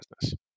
business